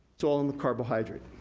it's all in the carbohydrates.